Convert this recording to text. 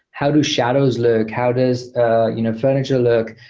how do shadows look? how does a you know furniture look?